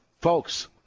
Folks